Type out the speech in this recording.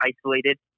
isolated